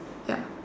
ya